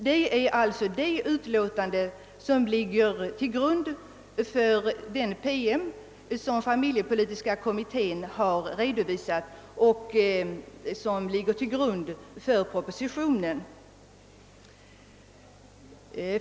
Det är alltså det utlåtandet som ligger till grund för den promemoria som familjepolitiska kommittén har redovisat och som också ligger till grund för propositionen.